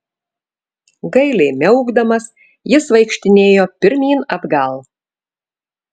gailiai miaukdamas jis vaikštinėjo pirmyn atgal